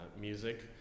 music